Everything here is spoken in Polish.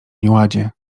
nieładzie